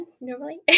normally